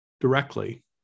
directly